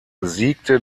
siegte